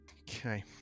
Okay